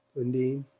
undine.